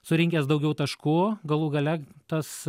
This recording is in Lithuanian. surinkęs daugiau taškų galų gale tas